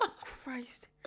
Christ